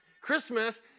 Christmas